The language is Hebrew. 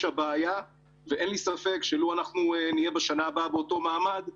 הבעיה ואין לי ספק שאם נהיה בשנה הבאה באותו מעמד,